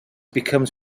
becomes